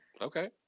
Okay